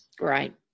right